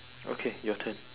okay your turn